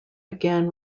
again